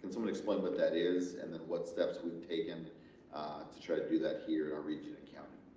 can someone explain what that is and then what steps we've taken to try to do that here in our region and county?